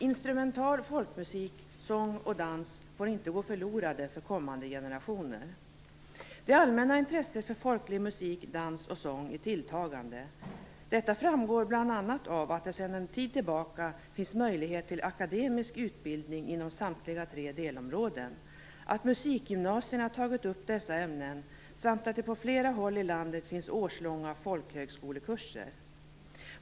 Instrumental folkmusik, sång och dans får inte gå förlorade för kommande generationer. Det allmänna intresset för folklig musik, dans och sång är tilltagande. Detta framgår bl.a. av att det sedan en tid tillbaka finns möjlighet till akademisk utbildning inom samtliga tre delområden, att musikgymnasierna tagit upp dessa ämnen samt att det på flera håll i landet finns årslånga folkhögskolekurser.